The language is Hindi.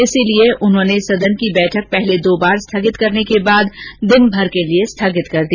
इसलिए उन्होंने सदन की बैठक पहले दो बार स्थगित करने के बाद दिन भर के लिए स्थगित कर दी